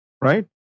right